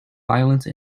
violence